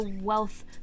wealth